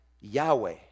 Yahweh